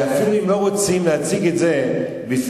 ואפילו אם לא רוצים להציג את זה בפני,